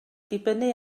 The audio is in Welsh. dibynnu